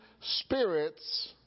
spirits